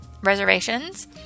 reservations